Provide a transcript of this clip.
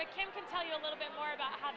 they came to tell you a little bit more about how